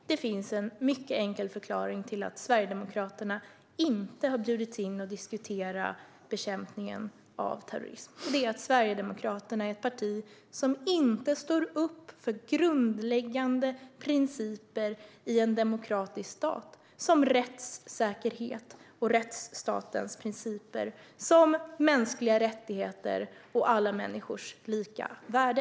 Fru talman! Det finns en mycket enkel förklaring till att Sverigedemokraterna inte har bjudits in att diskutera bekämpningen av terrorism. Den är att Sverigedemokraterna är ett parti som inte står upp för grundläggande principer i en demokratisk stat, som rättssäkerhet och rättsstatens principer och som mänskliga rättigheter och alla människors lika värde.